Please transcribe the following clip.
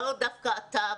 לא דווקא אתה,